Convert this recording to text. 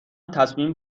تصمیم